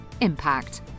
impact